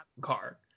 car